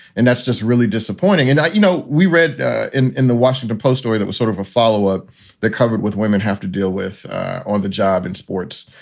and that's just really disappointing. and, you know, we read in in the washington post story that was sort of a follow up that covered with women have to deal with on the job in sports.